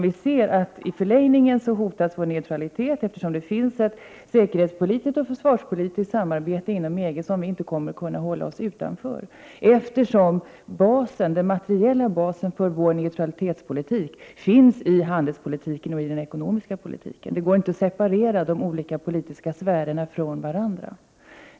Vi anser att i förlängningen hotas vår neutralitet, eftersom det bedrivs ett säkerhetspolitiskt och försvarspolitiskt samarbete inom EG — ett samarbete Prot. 1988/89:92 som vi inte kommer att kunna hålla oss utanför. Den materiella basen för vår 7 april 1989 neutralitetspolitik ligger ju i handelspolitiken och i den ekonomiska politiken. Det går inte att separera de olika politiska sfärerna från varandra.